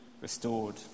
restored